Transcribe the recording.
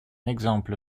exemple